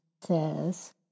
says